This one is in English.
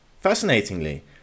Fascinatingly